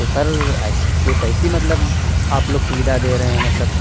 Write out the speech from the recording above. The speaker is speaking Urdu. تو سر ایسی یہ کیسی مطلب آپ لوگ سویدھا دے رہے ہیں مطلب